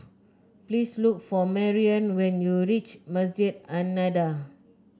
please look for Marion when you reach Masjid An Nahdhah